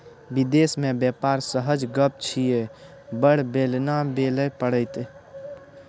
विदेश मे बेपार सहज गप छियै बड़ बेलना बेलय पड़तौ